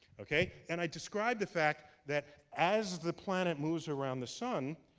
okay? and i described the fact that, as the planet moves around the sun,